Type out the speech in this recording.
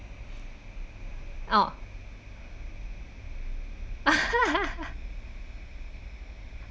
oh